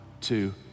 two